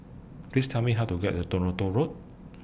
Please Tell Me How to get to Toronto Road